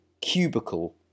cubicle